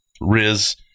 Riz